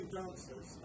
dancers